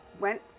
went